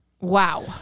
Wow